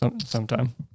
Sometime